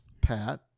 Pat